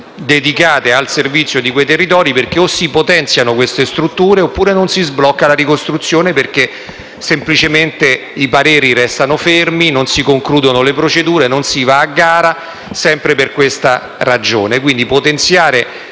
dedicate al servizio di quei territori, perché o si potenziano queste strutture oppure non si sblocca la ricostruzione, in quanto semplicemente i pareri restano fermi, non si concludono le procedure, non si va a gara sempre per questa ragione. Quindi pensiamo